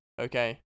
okay